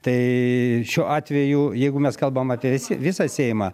tai šiuo atveju jeigu mes kalbam apie visi visą seimą